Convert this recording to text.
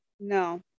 no